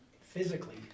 physically